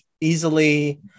easily